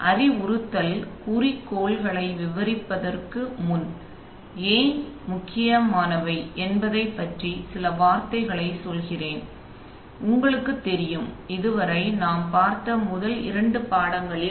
அறிவுறுத்தல் குறிக்கோள்களை விவரிப்பதற்கு முன் அவை ஏன் மிகவும் முக்கியமானவை என்பதைப் பற்றி சில வார்த்தைகளைச் சொல்கிறேன் உங்களுக்குத் தெரியும் இதுவரை நாம் பார்த்த முதல் இரண்டு பாடங்களில்